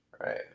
Right